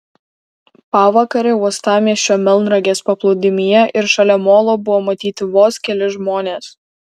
pavakarę uostamiesčio melnragės paplūdimyje ir šalia molo buvo matyti vos keli žmonės